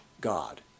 God